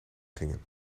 gingen